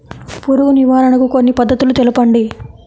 పురుగు నివారణకు కొన్ని పద్ధతులు తెలుపండి?